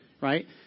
right